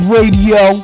Radio